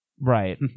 Right